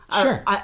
Sure